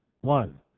One